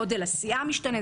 גודל הסיעה משתנה,